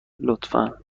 لطفا